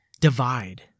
divide